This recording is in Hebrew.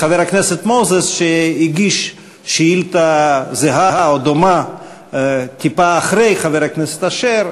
חבר הכנסת מוזס הגיש שאילתה דומה טיפה אחרי חבר הכנסת אשר.